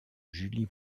julie